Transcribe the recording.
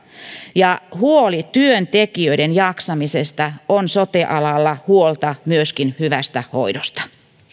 huoli työntekijöiden jaksamisesta on sote alalla myöskin huolta hyvästä hoidosta